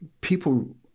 people